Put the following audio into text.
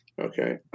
okay